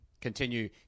continue